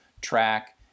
track